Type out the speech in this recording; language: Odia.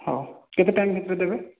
ହଉ କେତେ ଟାଇମ୍ ଭିତରେ ଦେବେ